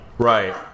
Right